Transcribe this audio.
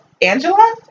Angela